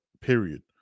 period